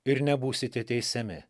ir nebūsite teisiami